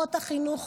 מערכות החינוך